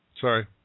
sorry